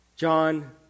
John